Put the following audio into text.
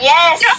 Yes